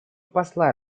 посла